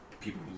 people